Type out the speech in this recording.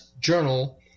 journal